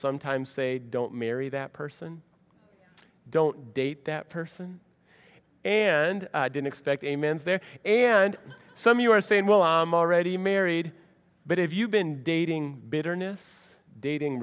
sometimes say don't marry that person don't date that person and then expect a man's there and some you are saying well i'm already married but if you've been dating bitterness dating